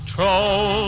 Troll